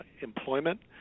employment